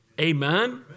Amen